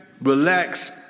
relax